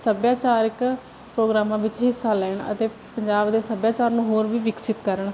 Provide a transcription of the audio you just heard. ਸੱਭਿਆਚਾਰਿਕ ਪ੍ਰੋਗਰਾਮਾਂ ਵਿੱਚ ਹਿੱਸਾ ਲੈਣ ਅਤੇ ਪੰਜਾਬ ਦੇ ਸੱਭਿਆਚਾਰ ਨੂੰ ਹੋਰ ਵੀ ਵਿਕਸਿਤ ਕਰਨ